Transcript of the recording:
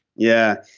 yeah,